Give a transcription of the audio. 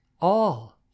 All